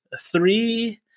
three